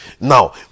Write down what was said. Now